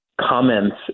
comments